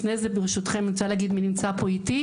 לפני זה ברשותכם אני רוצה להגיד מי נמצא פה איתי,